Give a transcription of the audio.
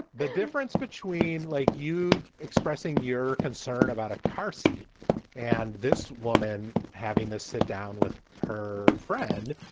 the difference between like you expressing your concern about a car seat and this woman having this sit down with her friend,